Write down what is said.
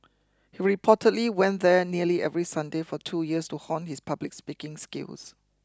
he reportedly went there nearly every Sunday for two years to hone his public speaking skills